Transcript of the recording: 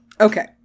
Okay